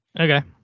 Okay